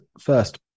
first